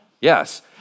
Yes